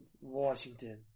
Washington